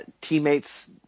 teammates